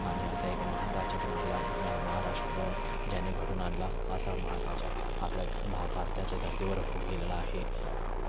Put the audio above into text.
आणि असं एक महान राजा पण आपल्या महाराष्ट्र ज्याने घडवून आणला असा महान राजा आपल्या भा भारताच्या धरतीवर होऊन गेलेला आहे